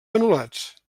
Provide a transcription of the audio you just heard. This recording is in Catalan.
anul·lats